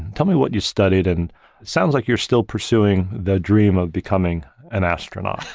and tell me what you studied and sounds like you're still pursuing the dream of becoming an astronaut.